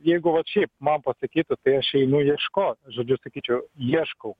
jeigu vat šiaip man pasakytų tai aš einu ieškot žodžiu sakyčiau ieškau